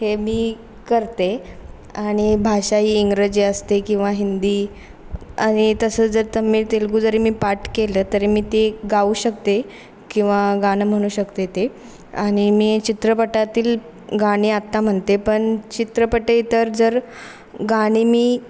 हे मी करते आणि भाषा ही इंग्रजी असते किंवा हिंदी आणि तसं जर तर मी तेलगू जरी मी पाठ केलं तरी मी ते गाऊ शकते किंवा गाणं म्हणू शकते ते आणि मी चित्रपटातील गाणे आत्ता म्हणते पण चित्रपटेतर जर गाणी मी